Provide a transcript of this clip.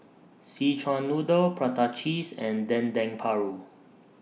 Szechuan Noodle Prata Cheese and Dendeng Paru